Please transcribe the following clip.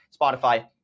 Spotify